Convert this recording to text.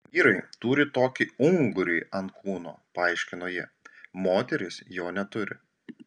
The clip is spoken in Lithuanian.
vyrai turi tokį ungurį ant kūno paaiškino ji moterys jo neturi